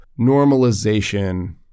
normalization